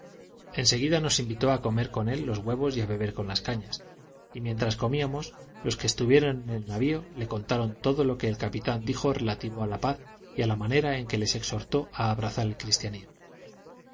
seguida nos invitó a comer con él los huevos y a beber con las cañas y mientras comíamos los que estuvieron en el navio le contaron todo lo que el capitán dijo relativo a la paz y la manera en que les exhortó a abrazar el cristianismo